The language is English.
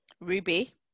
ruby